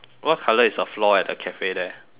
what colour is the floor at the cafe there